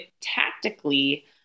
tactically